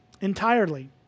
entirely